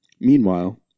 meanwhile